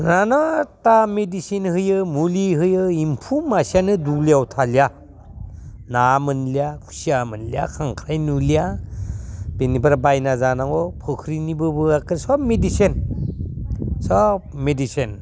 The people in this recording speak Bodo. नानाथा मेदिसिन होयो मुलि होयो एम्फौ मासेआनो दुब्लियाव थालिया ना मोनलिया खुसिया मोनलिया खांख्राइ नुलिया बेनिफ्राय बायना जानांगौ फुख्रिनिबाबो सोब मेदिसिन सब मेदिसिन